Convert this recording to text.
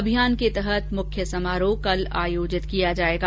अभियान के तहत मुख्य समारोह कल आयोजित किया जाएगा